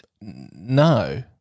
no